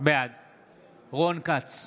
בעד רון כץ,